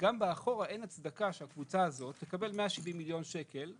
שגם אחורה אין הצדקה שהקבוצה הזאת תקבל 170 מיליון שקל,